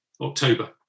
October